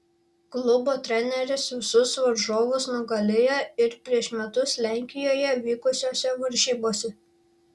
klubo treneris visus varžovus nugalėjo ir prieš metus lenkijoje vykusiose varžybose